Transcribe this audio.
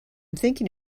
thinking